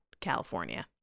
California